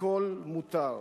הכול מותר.